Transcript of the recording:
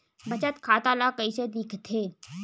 बचत खाता ला कइसे दिखथे?